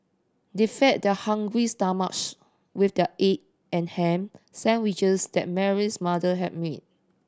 they fed their hungry stomachs with the egg and ham sandwiches that Mary's mother had made